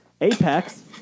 Apex